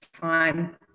time